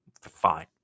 Fine